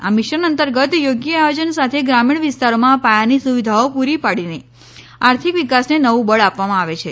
આ મિશન અંતર્ગત યોગ્ય આયોજન સાથે ગ્રામીણ વિસ્તારોમાં પાયાની સુવિધાઓ પૂરી પાડીને આર્થિક વિકાસને નવુ બળ આપવામાં આવે છે